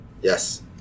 Yes